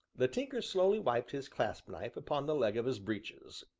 the tinker slowly wiped his clasp-knife upon the leg of his breeches,